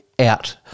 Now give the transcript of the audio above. out